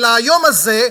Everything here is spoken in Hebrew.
אלא היום הזה,